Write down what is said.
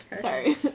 Sorry